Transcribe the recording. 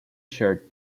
shared